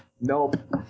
nope